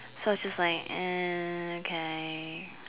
so it was just like uh okay